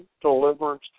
deliverance